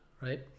right